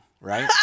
right